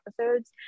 episodes